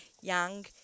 young